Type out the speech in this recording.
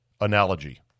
analogy